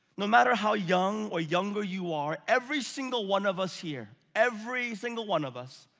no matter how young or younger you are, every single one of us here, every single one of us,